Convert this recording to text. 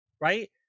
Right